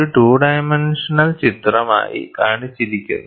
ഒരു two dimensional ചിത്രംആയി കാണിച്ചിരിക്കുന്നു